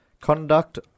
Conduct